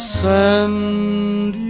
send